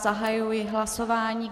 Zahajuji hlasování.